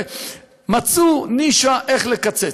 מצאו נישה מאיפה לקצץ.